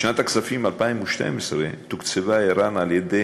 בשנת הכספים 2012 תוקצבה ער"ן על-ידי